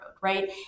right